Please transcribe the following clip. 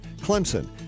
Clemson